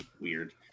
weird